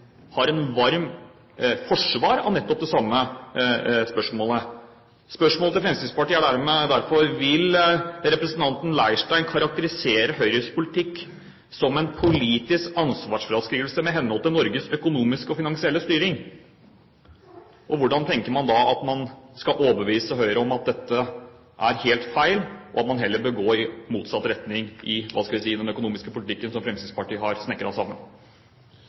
som en politisk ansvarsfraskrivelse med hensyn til Norges økonomiske og finansielle styring? Og hvordan tenker man da at man skal overbevise Høyre om at dette er helt feil, og at man heller bør gå i motsatt retning i den økonomiske politikken som Fremskrittspartiet har snekret sammen?